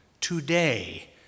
Today